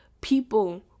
people